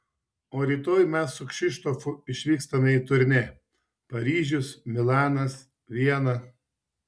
o rytoj mes su kšištofu išvykstame į turnė paryžius milanas viena